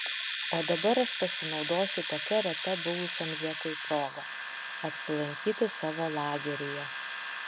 o dabar aš pasinaudosiu tokia reta buvusiam zekui proga apsilankyti savo lageryje